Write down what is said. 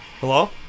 Hello